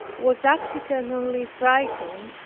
was accidentally frightened,